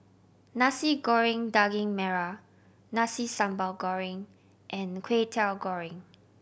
Nasi Goreng Daging Merah Nasi Sambal Goreng and Kway Teow Goreng